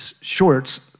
shorts